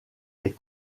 les